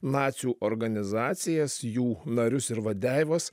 nacių organizacijas jų narius ir vadeivas